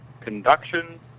conduction